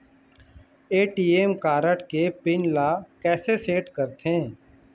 ATM card के pin ला कैसे सेट करथे?